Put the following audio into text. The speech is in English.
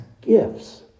gifts